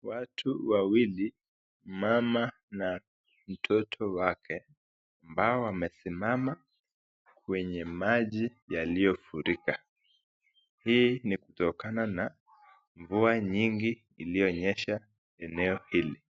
Watu wawili, mama na mtoto wake ambao wamesimama kwenye maji yaliyofurika. Hii ni kutokana na mvua nyingi iliyo nyesha eneo hili.